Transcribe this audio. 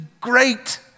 great